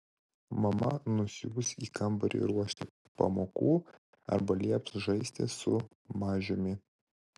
mama nusiųs į kambarį ruošti pamokų arba lieps žaisti su mažiumi